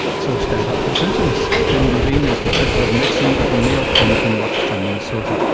so stand up for the simpsons. jim levine is professor of medicine at the mayo clinic in rochester minnesota.